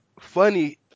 funny